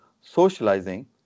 socializing